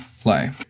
play